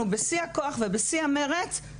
אנחנו רצים על זה בשיא הכוח ובשיא המרץ.